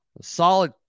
Solid